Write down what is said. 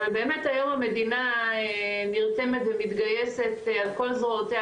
אבל באמת היום המדינה נרתמת ומתגייסת על כל זרועותיה,